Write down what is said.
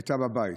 היו בבית,